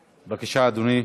בבקשה, אדוני,